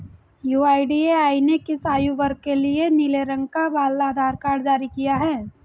UIDAI ने किस आयु वर्ग के लिए नीले रंग का बाल आधार कार्ड जारी किया है?